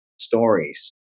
Stories